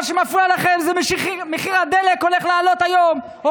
מה שמפריע לכם זה שמחיר הדלק הולך לעלות היום או